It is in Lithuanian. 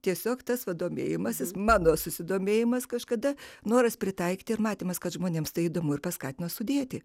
tiesiog tas va domėjimasis mano susidomėjimas kažkada noras pritaikyti ir matymas kad žmonėms tai įdomu ir paskatino sudėti